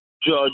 judge